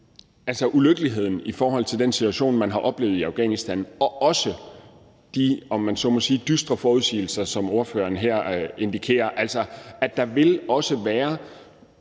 det ulykkelige i forhold til den situation, man har oplevet i Afghanistan, og også de, om man så må sige, dystre forudsigelser, som ordføreren her indikerer, altså at der også vil